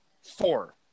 four